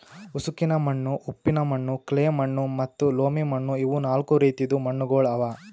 ಉಸುಕಿನ ಮಣ್ಣು, ಉಪ್ಪಿನ ಮಣ್ಣು, ಕ್ಲೇ ಮಣ್ಣು ಮತ್ತ ಲೋಮಿ ಮಣ್ಣು ಇವು ನಾಲ್ಕು ರೀತಿದು ಮಣ್ಣುಗೊಳ್ ಅವಾ